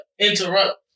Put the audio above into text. interrupt